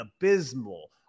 abysmal